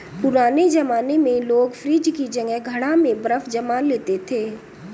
पुराने जमाने में लोग फ्रिज की जगह घड़ा में बर्फ जमा लेते थे